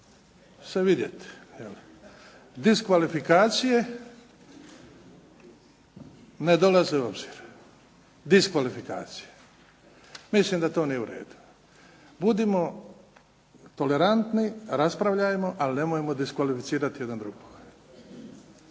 se vidjeti. Diskvalifikacije ne dolaze u obzir, diskvalifikacije. Mislim da to nije uredu. Budimo tolerantni raspravljajmo ali nemojmo diskvalificirati jedan drugoga.